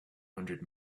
hundred